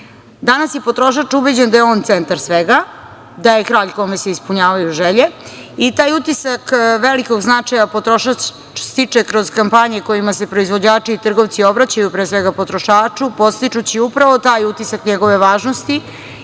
Danas je potrošač ubeđen da je on centar svega, da je kralj kome se ispunjavaju želje i taj utisak velikog značaja potrošač stiče kroz kampanje kojima se proizvođači i trgovci obraćaju pre svega potrošaču, podstičući upravo taj utisak njegove važnosti